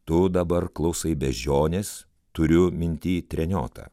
tu dabar klausai beždžionės turiu minty treniotą